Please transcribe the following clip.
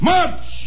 March